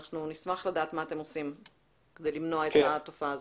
נשמח לדעת מה אתם עושים כדי למנוע את התופעה הזאת.